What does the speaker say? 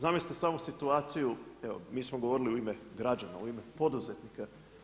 Zamislite samo situaciju, evo mi smo govorili u ime građana, u ime poduzetnika.